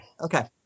Okay